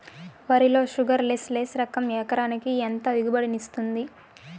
వరి లో sugarless less రకం ఎకరాకి ఎంత దిగుబడినిస్తుంది